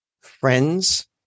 friends